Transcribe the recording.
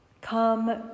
Come